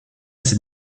ses